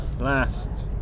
last